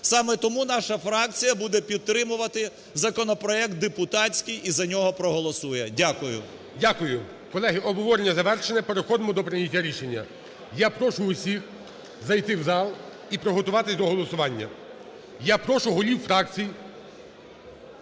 Саме тому наша фракція буде підтримувати законопроект депутатський і за нього проголосує. Дякую. ГОЛОВУЮЧИЙ. Дякую. Колеги, обговорення завершено. Переходимо до прийняття рішення. Я прошу всіх зайти в зал і приготуватись до голосування. Я прошу голів фракцій